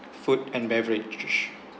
food and beverage